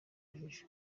urujijo